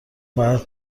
باید